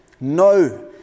No